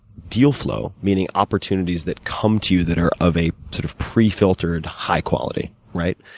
deal flow, meaning opportunities that come to you, that are of a sort of pre filtered high quality. right?